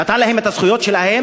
נתן להם את הזכויות שלהם?